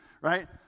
right